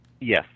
Yes